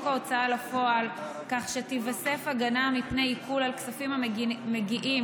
ההוצאה לפועל כך שתיווסף הגנה מפני עיקול על כספים המגיעים